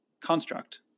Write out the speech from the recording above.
construct